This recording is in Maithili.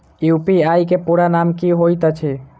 यु.पी.आई केँ पूरा नाम की होइत अछि?